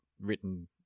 written